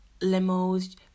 limos